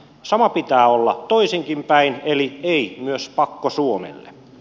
sama pitää olla toisinkinpäin eli ei myös pakkosuomelle